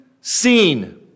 seen